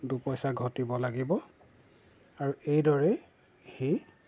দুপইচা ঘটিব লাগিব আৰু এইদৰেই সি